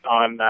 on